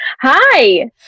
Hi